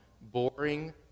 boring